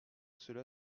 cela